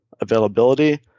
availability